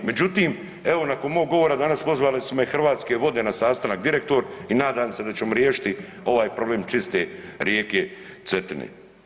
Međutim, evo nakon mog govora danas pozvale su me Hrvatske vode na sastanak direktor i nadam se da ćemo riješiti ovaj problem čiste rijeke Cetine.